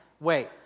Wait